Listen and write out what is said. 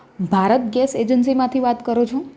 Bharat gas એજન્સીમાંથી વાત કરો છો